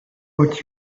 what